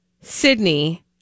Sydney